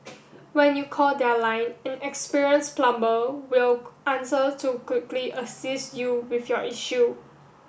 when you call their line an experienced plumber will answer to quickly assist you with your issue